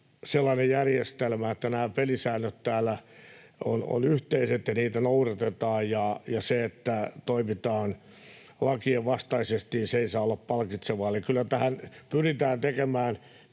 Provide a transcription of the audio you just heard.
sellainen järjestelmä, että nämä pelisäännöt täällä ovat yhteiset ja että niitä noudatetaan, ja se, että toimitaan lakien vastaisesti, ei saa olla palkitsevaa. Eli kyllä tässä pyritään tekemään